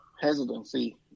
hesitancy